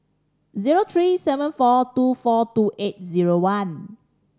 zero three seven four two four two eight zero one